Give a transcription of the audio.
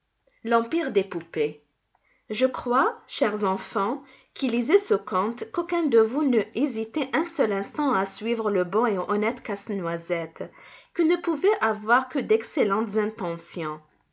l'empire des poupées je crois chers enfants qui lisez ce conte qu'aucun de vous n'eût hésité un seul instant à suivre le bon et honnête casse-noisette qui ne pouvait avoir que d'excellentes intentions